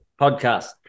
podcast